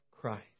Christ